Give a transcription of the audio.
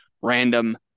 random